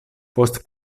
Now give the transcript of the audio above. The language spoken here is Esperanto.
post